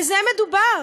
בזה מדובר.